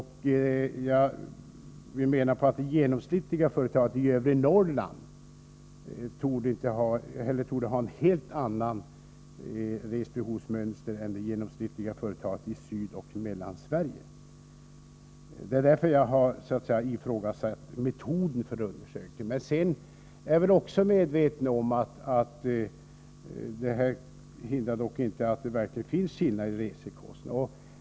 Jag menar att det genomsnittliga företaget i övre Norrland torde ha ett helt annat resbehovsmönster än det genomsnittliga företaget i Sydoch Mellansverige. Det är därför jag har ifrågasatt metoden för undersökning. Men jag är också medveten om att detta inte hindrar att det verkligen finns skillnader i resekostnader.